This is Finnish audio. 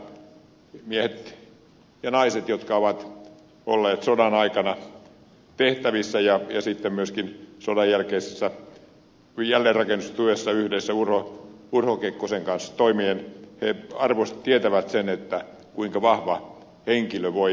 miehet ja naiset jotka ovat toimineet sodan aikaisissa tehtävissä ja sodanjälkeisessä jälleenrakennustyössä yhdessä urho kekkosen kanssa tietävät sen kuinka vahva henkilö voi vaikuttaa